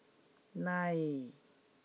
nine